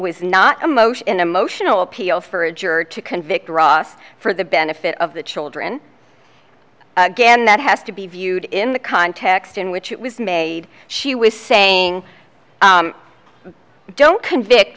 was not a motion in emotional appeal for a juror to convict ross for the benefit of the children again that has to be viewed in the context in which it was made she was saying don't convict